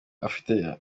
afite